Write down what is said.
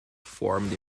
formed